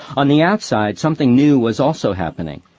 on the outside, something new was also happening,